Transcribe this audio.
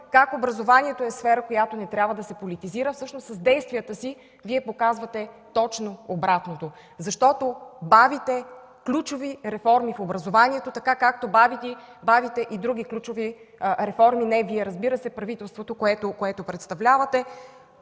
как образованието е сфера, която не трябва да се политизира, а всъщност с действията си Вие показвате точно обратното. Защото бавите ключови реформи в образованието, така както бавите и други ключови реформи – не Вие, разбира се, а правителството, което представлявате.